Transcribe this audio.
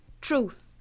Truth